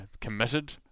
committed